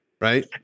right